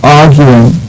arguing